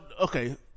okay